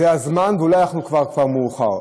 זה הזמן, ואולי כבר מאוחר.